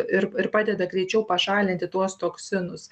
ir ir padeda greičiau pašalinti tuos toksinus